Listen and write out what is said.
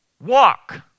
walk